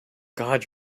god